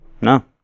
No